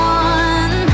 one